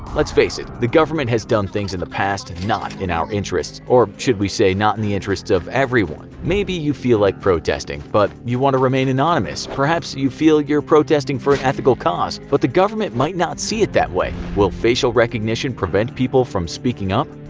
let's face it, the government has done things in the past not in our interests, or should we say not in the interests of everyone. maybe you feel like protesting, but you want to remain anonymous. perhaps you feel you are protesting for an ethical cause, but the government might not see it that way. will facial recognition prevent people from speaking up?